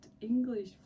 English